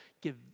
give